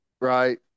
Right